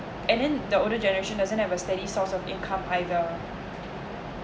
and then the older generation doesn't have a steady source of income either